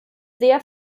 sehr